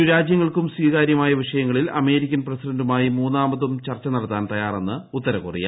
ഇരുരാജ്യങ്ങൾക്കും സ്വീകാര്യമായ വിഷയങ്ങളിൽ അമേരിക്കൻ പ്രസിഡന്റുമായി മൂന്നാമതും ചർച്ച നടത്താൻ തയ്യാറെന്ന് ഉത്തരകൊറിയ